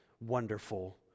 wonderful